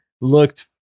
looked